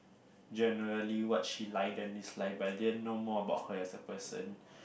generally what she liked and disliked but I didn't know more about her as a person